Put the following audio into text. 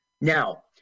Now